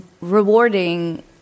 rewarding